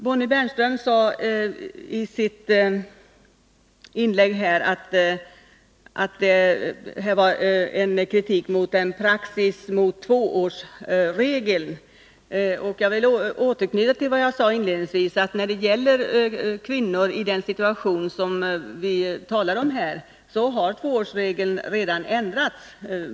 Bonnie Bernström sade i sitt inlägg att det här är fråga om en kritik mot praxis avseende tvåårsregeln. Jag vill återknyta till vad jag sade inledningsvis, att när det gäller kvinnor i den situation som vi talar om här har tvåårsregeln redan ändrats.